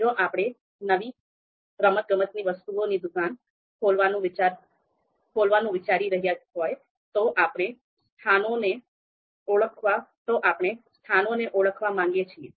જો આપણે નવી રમતગમતની વસ્તુઓની દુકાન ખોલવાનું વિચારી રહ્યા હોય તો આપણે સ્થાનોને ઓળખવા માંગીએ છીએ